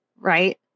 right